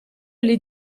gli